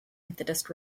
methodist